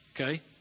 Okay